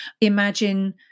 Imagine